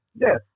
Yes